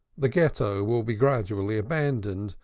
the ghetto will be gradually abandoned,